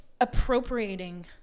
appropriating